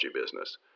business